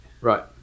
Right